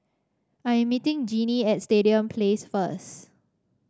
I am meeting Jinnie at Stadium Place first